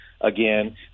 again